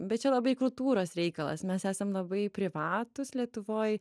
bet čia labai kultūros reikalas mes esam labai privatūs lietuvoj